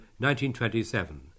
1927